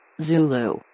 Zulu